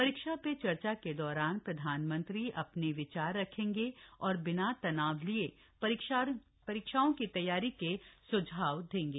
परीक्षा पे चर्चा के दौरान प्रधानमंत्री अपने विचार रखेंगे और बिना तनाव लिए परीक्षाओं की तैयारी के लिए सुझाव देंगे